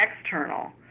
external